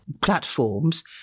Platforms